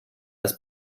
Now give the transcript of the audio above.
das